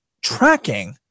tracking